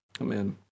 Amen